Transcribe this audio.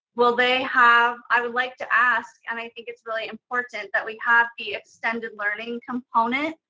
will they have, i would like to ask, and i think it's really important that we have the extended learning component,